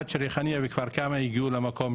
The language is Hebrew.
עד שריחאניה וכפר כמא הגיעו למקום,